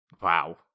Wow